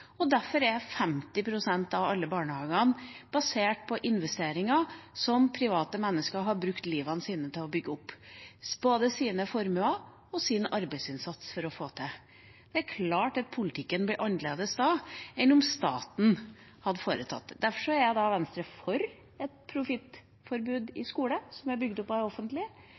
Derfor er 50 pst. av alle barnehagene basert på investeringer som privatpersoner har brukt livet sitt på å bygge opp, brukt både sine formuer og sin arbeidsinnsats. Det er klart at politikken blir annerledes da enn om staten hadde foretatt det. Derfor er Venstre for et profittforbud i skolen, som er bygd opp av det offentlige,